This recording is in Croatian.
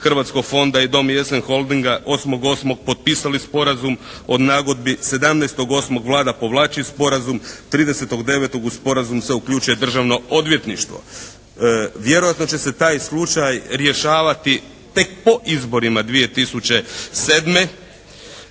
se ne razumije./… holdinga, 8.8. potpisali sporazum o nagodbi, 17.8. Vlada povlači sporazum, 30.9. u sporazum se uključuje Državno odvjetništvo. Vjerojatno će se taj slučaj rješavati tek po izborima 2007.